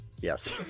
Yes